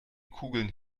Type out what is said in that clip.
kugeln